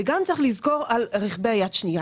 וגם צריך לזכור על רכבי יד שנייה